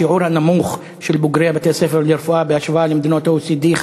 השיעור הנמוך של בוגרי בתי-הספר לרפואה בהשוואה למדינות ה-OECD.